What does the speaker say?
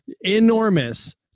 enormous